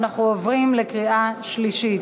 ואנחנו עוברים לקריאה שלישית.